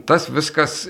tas viskas